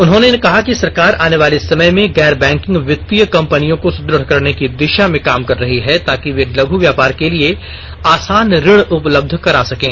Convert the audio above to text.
उन्होंने कहा कि सरकार आने वाले समय में गैर बैंकिंग वित्तीय कंपनियों को सुदृढ़ करने की दिशा में काम कर रही है ताकि वे लघु व्यापार के लिए आसान ऋण उपलब्ध करा सकें